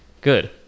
Good